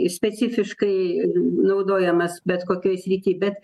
specifiškai naudojamas bet kokioj srity bet